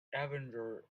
avenger